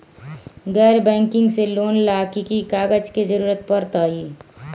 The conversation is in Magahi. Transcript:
गैर बैंकिंग से लोन ला की की कागज के जरूरत पड़तै?